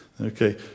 Okay